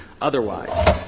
otherwise